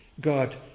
God